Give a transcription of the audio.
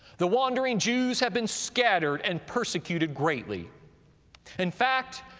the wandering jews have been scattered and persecuted greatly in fact,